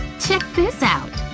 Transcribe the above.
check this out!